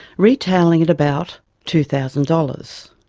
retailing at about two thousand dollars.